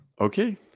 Okay